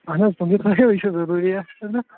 اہن حظ تِم تہِ تھٲیِو یہِ چھِ ضٔروٗری حظ آسان نا